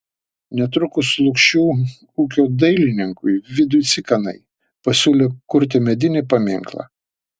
netrukus lukšių ūkio dailininkui vidui cikanai pasiūlė kurti medinį paminklą